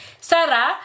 Sarah